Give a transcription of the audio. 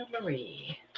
Marie